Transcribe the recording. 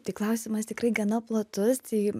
tai klausimas tikrai gana platus tai